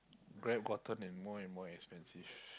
Grab gotten and more and more expensive